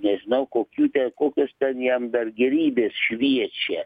nežinau kokių ten kokios ten jam dar gėrybės šviečia